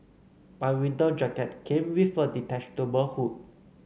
my winter jacket came with a detachable hood